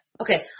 Okay